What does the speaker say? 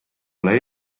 ole